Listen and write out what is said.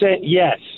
yes